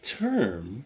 term